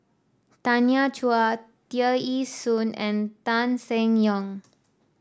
Tanya Chua Tear Ee Soon and Tan Seng Yong